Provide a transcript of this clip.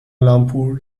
لامپور